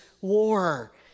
war